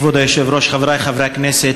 כבוד היושב-ראש, חברי חברי הכנסת,